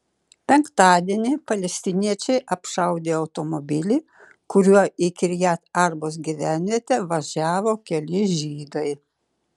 penktadienį palestiniečiai apšaudė automobilį kuriuo į kirjat arbos gyvenvietę važiavo keli žydai